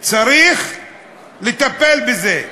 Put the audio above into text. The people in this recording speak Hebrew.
צריך לטפל בזה.